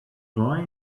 boy